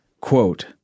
Quote